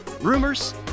rumors